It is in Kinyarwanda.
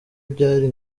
byari